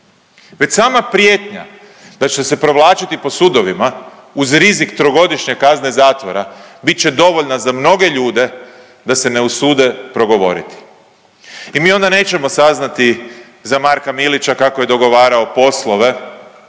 već sama prijetnja da će se provlačiti po sudovima uz rizik trogodišnje kazne zatvora bit će dovoljna za mlade ljude da se ne usude progovoriti i mi onda nećemo saznati za Marka Milića kako je dogovarao poslove,